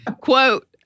Quote